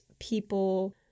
people